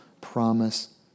promise